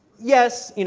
yes,